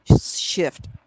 shift